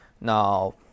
Now